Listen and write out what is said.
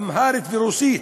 אמהרית ורוסית.